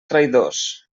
traïdors